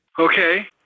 Okay